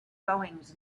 goings